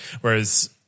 whereas